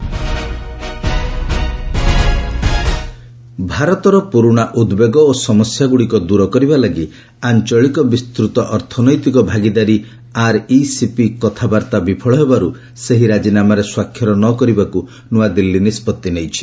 PM RCEP ଭାରତର ପୁରୁଣା ଉଦ୍ବେଗ ଓ ସମସ୍ୟାଗୁଡ଼ିକ ଦୂର କରିବା ଲାଗି ଆଞ୍ଚଳିକ ବିସ୍ତୃତ ଅର୍ଥନୈତିକ ଭାଗିଦାରୀ ଆର୍ଇସିପି କଥାବାର୍ତ୍ତା ବିଫଳ ହେବାରୁ ସେହି ରାଜିନାମାରେ ସ୍ୱାକ୍ଷର ନ କରିବାକୁ ନୂଆଦିଲ୍ଲୀ ନିଷ୍କଭି ନେଇଛି